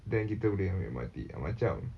then kita boleh ambil M_R_T amacam